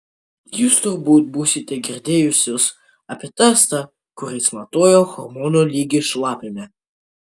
jūs turbūt būsite girdėjusios apie testą kuris matuoja hormono lygį šlapime